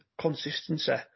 consistency